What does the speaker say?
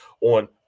on